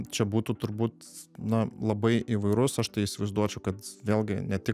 čia būtų turbūt na labai įvairus aš tai įsivaizduočiau kad vėlgi ne tik